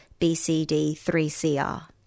bcd3cr